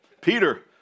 Peter